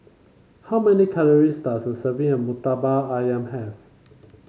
how many calories does a serving of murtabak ayam have